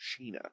Sheena